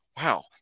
wow